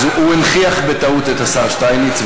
אז הוא הנכיח בטעות את השר שטייניץ,